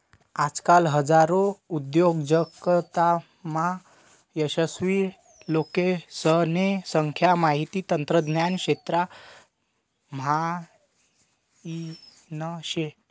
आजकाल हजारो उद्योजकतामा यशस्वी लोकेसने संख्या माहिती तंत्रज्ञान क्षेत्रा म्हाईन शे